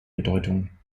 bedeutung